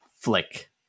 flick